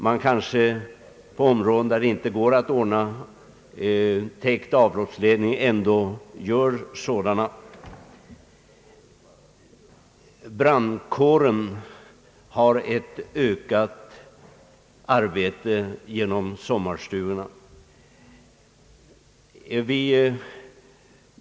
Man kanske på sina håll där det egentligen inte går att ordna täckt avloppsledning ändå gör en sådan. Brandkåren har fått ett ökat arbete genom sommarstugebebyggelsen.